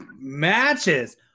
matches